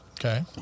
okay